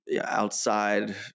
outside